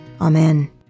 amen